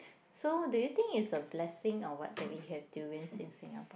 so do you think is a blessing all what that we have durian in Singapore